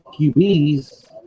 QBs